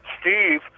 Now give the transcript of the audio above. Steve